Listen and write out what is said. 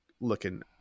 looking